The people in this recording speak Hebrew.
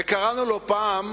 וקראנו לו פעם